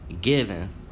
given